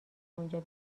اونجا